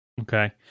Okay